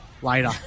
Later